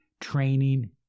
training